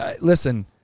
Listen